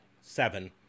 Seven